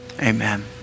amen